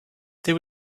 there